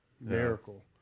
Miracle